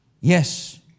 yes